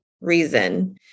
reason